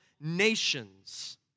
nations